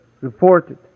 reported